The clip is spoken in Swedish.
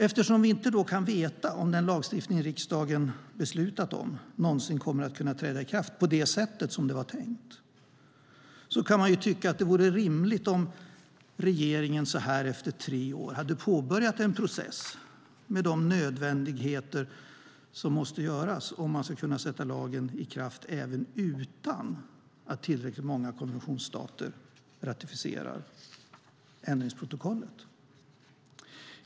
Eftersom vi inte kan veta om den lagstiftning riksdagen har beslutat om någonsin kommer att kunna träda i kraft på det sätt som det var tänkt kan man ju tycka att det vore rimligt om regeringen så här efter tre år hade påbörjat en process med de nödvändigheter som måste göras om man ska kunna sätta lagen i kraft även utan att tillräckligt många konventionsstater ratificerar ändringsprotokollet.